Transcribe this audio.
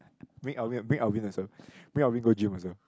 bring Alvin bring Alvin also bring Alvin go gym also